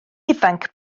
ifanc